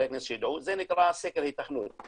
שחברי הכנסת יידעו, זה נקרא סקר היתכנות.